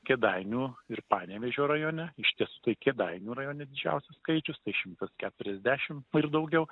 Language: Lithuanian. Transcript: kėdainių ir panevėžio rajone ištęstai kėdainių rajone didžiausias skaičius šimtas keturiasdešimt ir daugiau